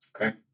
Okay